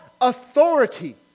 authority